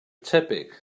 tebyg